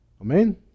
Amen